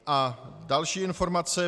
A další informace.